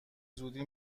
زودی